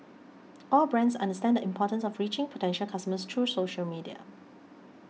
all brands understand the importance of reaching potential customers through social media